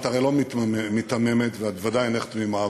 את הרי לא מיתממת ואת ודאי אינך תמימה,